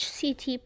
CT